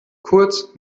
kurz